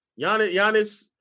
Giannis